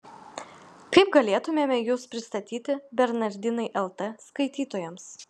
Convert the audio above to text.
kaip galėtumėme jus pristatyti bernardinai lt skaitytojams